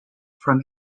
from